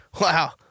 Wow